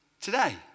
today